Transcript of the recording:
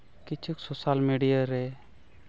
ᱠᱤᱪᱷᱩ social media ᱨᱮ